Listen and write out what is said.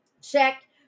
Check